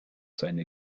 seine